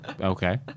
okay